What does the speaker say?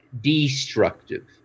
destructive